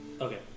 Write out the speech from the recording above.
okay